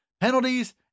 penalties